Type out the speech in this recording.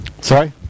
Sorry